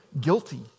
guilty